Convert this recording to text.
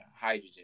hydrogen